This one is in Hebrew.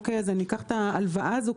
אז אני אקח את ההלוואה הזאת,